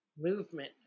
movement